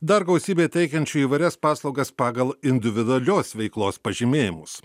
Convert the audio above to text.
dar gausybė teikiančių įvairias paslaugas pagal individualios veiklos pažymėjimus